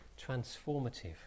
transformative